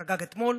חגג אתמול,